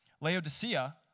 Laodicea